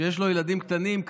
שיש לו ילדים קטנים,